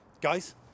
Guys